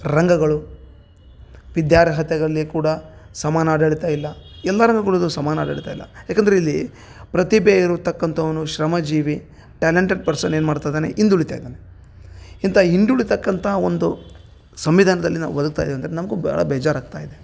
ರಂಗಗಳು ವಿದ್ಯಾರ್ಹತೆರಲ್ಲಿ ಕೂಡ ಸಮಾನ ಆಡಳಿತ ಇಲ್ಲ ಎಲ್ಲ ರಂಗಗಳಲ್ಲು ಸಮಾನ ಆಡಳಿತ ಇಲ್ಲ ಯಾಕಂದರೆ ಇಲ್ಲಿ ಪ್ರತಿಭೆಯಿರು ತಕ್ಕಂಥವ್ನು ಶ್ರಮ ಜೀವಿ ಟ್ಯಾಲೆಂಟೆಡ್ ಪರ್ಸನ್ ಏನ್ಮಾಡ್ತಯಿದಾನೆ ಹಿಂದುಳಿತಾ ಇದ್ದಾನೆ ಇಂಥ ಹಿಂದುಳಿತಕ್ಕಂಥ ಒಂದು ಸಂವಿಧಾನ್ದಲ್ಲಿ ನಾವು ಬದಕ್ತಾ ಇದೀವಂದ್ರೆ ನಮಗೆ ಭಾಳ ಬೇಜಾರಾಗ್ತಾಯಿದೆ